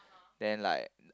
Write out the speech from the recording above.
then like